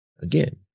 again